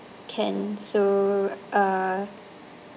can so uh